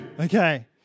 Okay